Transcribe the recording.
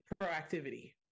proactivity